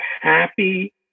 happy